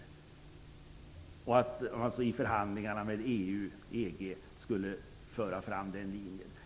I förhandlingar med EU skulle man alltså föra fram den linjen.